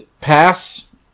Pass